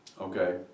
okay